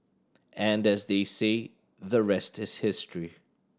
and as they say the rest is history